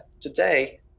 today